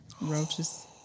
Roaches